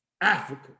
Africa